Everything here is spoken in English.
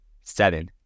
Seven